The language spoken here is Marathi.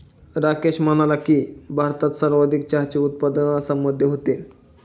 राकेश म्हणाला की, भारतात सर्वाधिक चहाचे उत्पादन आसाममध्ये होते